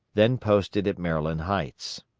then posted at maryland heights.